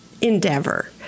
endeavor